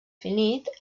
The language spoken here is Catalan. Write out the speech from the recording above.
finit